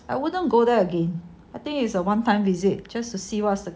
I wouldn't go there again I think is a one time visit just to see what's the